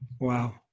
Wow